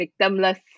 Victimless